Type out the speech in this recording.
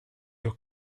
your